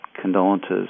condolences